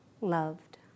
loved